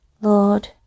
Lord